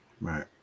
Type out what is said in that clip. Right